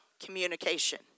communication